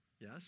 Yes